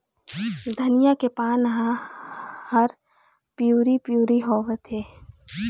धनिया के पान हर पिवरी पीवरी होवथे?